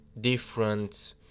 different